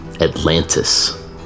Atlantis